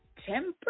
temper